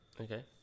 Okay